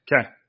Okay